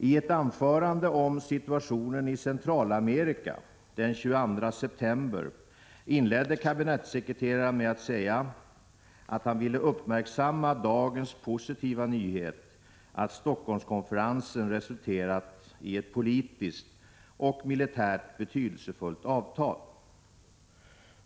I ett anförande om situationen i Centralamerika den 22 september inledde kabinettssekreteraren med att säga att han ville uppmärksamma dagens positiva nyhet att Stockholmskonferensen resulterat i ett politiskt och militärt betydelsefullt avtal.